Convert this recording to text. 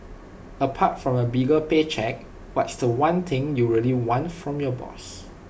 apart from A bigger pay cheque what's The One thing you really want from your boss